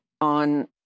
on